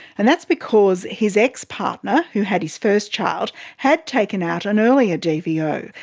and that's because his ex-partner who had his first child had taken out an earlier dvo,